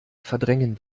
verdrängen